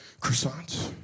croissants